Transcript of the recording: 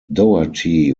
doherty